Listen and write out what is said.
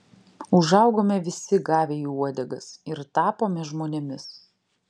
užaugome visi gavę į uodegas ir tapome žmonėmis